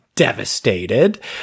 Devastated